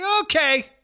Okay